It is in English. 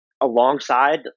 alongside